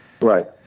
Right